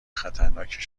خطرناکی